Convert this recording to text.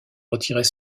retirait